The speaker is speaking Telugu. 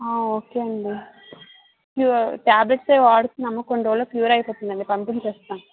ఓకే అండి ఫీవ టాబ్లెట్స్ అవి వాడుతున్నాము కొన్ని రోజులకు క్లియర్ అయిపోతుంది పంపించి వేస్తా